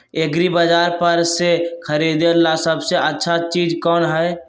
एग्रिबाजार पर से खरीदे ला सबसे अच्छा चीज कोन हई?